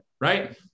right